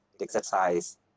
exercise